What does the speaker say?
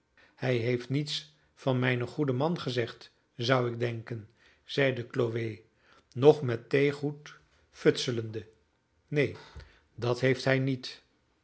hij heeft niets van mijnen goeden man gezegd zou ik denken zeide chloe nog met theegoed futselende neen dat heeft hij niet